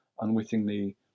unwittingly